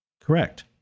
Correct